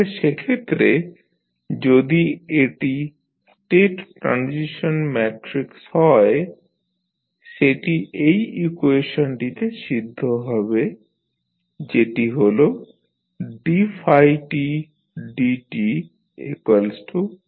তাহলে সেক্ষেত্রে যদি এটি স্টেট ট্রানজিশন ম্যাট্রিক্স হয় সেটি এই ইকুয়েশনটিতে সিদ্ধ হবে যেটি হল dφdtAφt